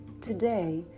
Today